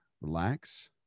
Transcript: relax